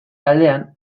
aldean